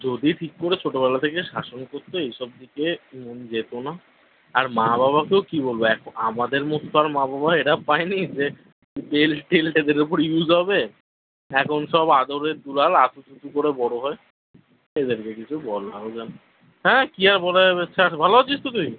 যদি ঠিক করে ছোটবেলা থেকে শাসন করতো এইসব দিকে মন যেতো না আর মা বাবাকেও কী বলবো এখন আমাদের মতো তো আর মা বাবা এরা পায়নি যে স্কেল টেল এদের ওপর ইউজ হবে এখন সব আদরের দুলাল আতুপুতু করে বড় হয় এদেরকে কিছু বলাও যায় না হ্যাঁ কী আর করা যাবে ছাড় ভালো আছিস তো তুই